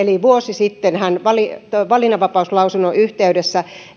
vuosi sitten valinnanvapauslausunnon yhteydessä